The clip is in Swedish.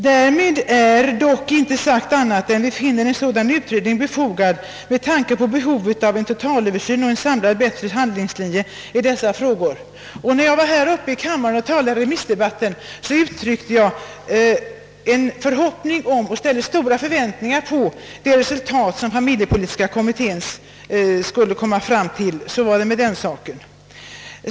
Därmed är dock inte sagt annat än att vi finner en sådan utredning befogad med tanke på behovet av en totalöversyn och en samlad och bättre handlingslinje i dessa frågor.» När jag talade i remissdebatten i januari månad i år, ställde jag stora förväntningar på de förslag som familjepolitiska kommittén skulle komma fram till. Så var det med den saken.